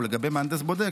ולגבי מהנדס בודק,